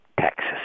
Texas